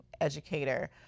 educator